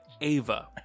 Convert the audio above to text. Ava